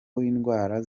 w’indwara